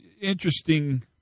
interesting